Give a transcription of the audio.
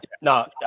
no